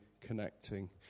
connecting